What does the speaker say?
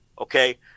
Okay